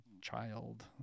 child